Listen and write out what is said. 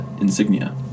insignia